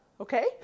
okay